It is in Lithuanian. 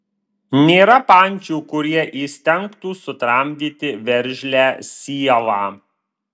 nėra pančių kurie įstengtų sutramdyti veržlią sielą